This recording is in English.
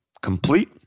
complete